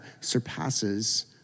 surpasses